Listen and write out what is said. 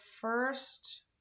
first